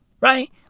right